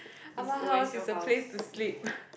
ah-ma house is the place to sleep